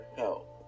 help